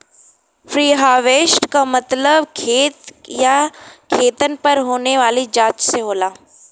preharvest क मतलब खेत या खेतन पर होने वाली जांच से होला